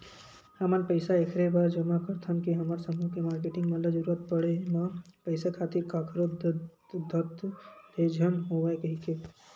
हमन पइसा ऐखरे बर जमा करथन के हमर समूह के मारकेटिंग मन ल जरुरत पड़े म पइसा खातिर कखरो दतदत ले झन होवय कहिके